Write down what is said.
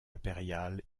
impérial